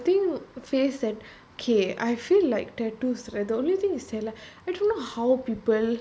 ya I think face and K I feel like tattoos right the only thing is I don't know how people